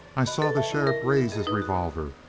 i saw the sheriff raise his revolver.